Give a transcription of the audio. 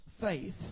faith